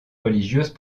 religieuses